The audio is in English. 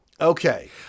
okay